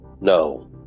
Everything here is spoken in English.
No